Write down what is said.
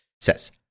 says